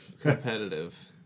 competitive